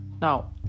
now